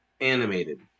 animated